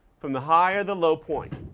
from the high or the low point.